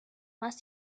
más